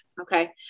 okay